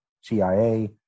CIA